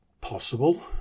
possible